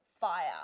fire